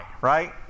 right